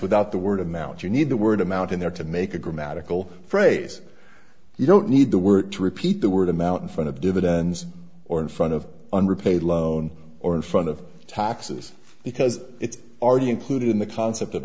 without the word amount you need the word amount in there to make a grammatical phrase you don't need the word to repeat the word amount in front of dividends or in front of underpaid loan or in front of taxes because it's already included in the concept of